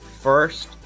first